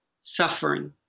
suffering